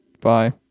Bye